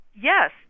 Yes